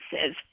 says